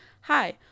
hi